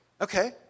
Okay